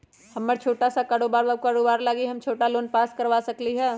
हमर छोटा सा कारोबार है उ कारोबार लागी हम छोटा लोन पास करवा सकली ह?